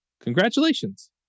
Congratulations